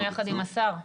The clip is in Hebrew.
היינו יחד עם השר.